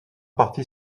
partie